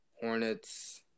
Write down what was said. Hornets